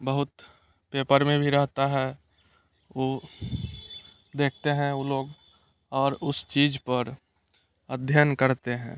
बहुत पेपर में भी रहता है देखते हैं लोग और उस चीज पर अध्ययन करते हैं